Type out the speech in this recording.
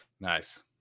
Nice